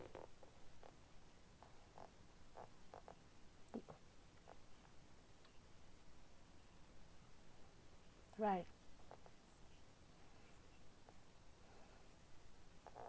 right